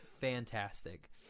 fantastic